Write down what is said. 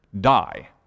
Die